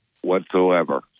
whatsoever